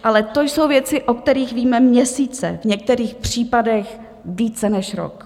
Ale to jsou věci, o kterých víme měsíce, v některých případech více než rok.